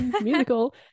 musical